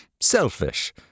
selfish